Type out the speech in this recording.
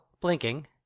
blinking